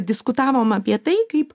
diskutavom apie tai kaip